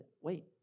wait